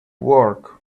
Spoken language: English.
work